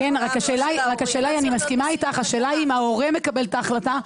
רק השאלה היא האם ההורה מקבל את ההחלטה,